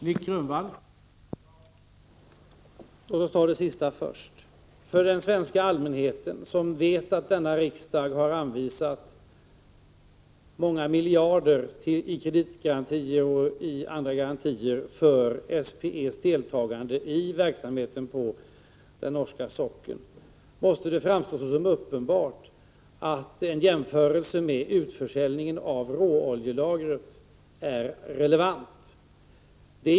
Herr talman! För att ta det sista först: För den svenska allmänheten, som vet att denna riksdag har anvisat många miljarder i kreditgarantier och andra garantier för SPE:s deltagande i verksamheten på den norska sockeln, måste det framstå som uppenbart att en jämförelse med utförsäljningen av råoljelagret är relevant.